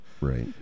Right